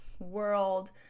world